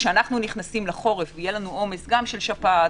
כשאנחנו נכנסים לחורף ויהיה לנו עומס גם של שפעת